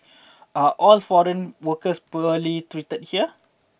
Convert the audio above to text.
are all foreign workers poorly treated here